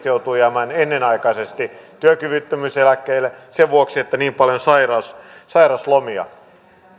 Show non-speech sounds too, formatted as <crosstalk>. <unintelligible> joutuvat jäämään ennenaikaisesti työkyvyttömyyseläkkeelle sen vuoksi että on niin paljon sairauslomia